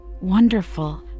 Wonderful